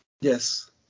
Yes